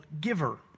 giver